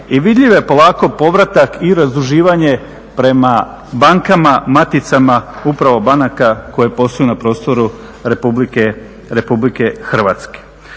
i vidljiv je polako povratak i razduživanje prema bankama maticama upravo banaka koje posluju na prostoru Republike Hrvatske.